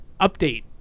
update